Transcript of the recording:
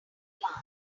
plants